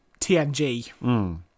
TNG